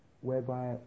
whereby